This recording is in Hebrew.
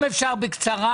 אם אפשר בקצרה,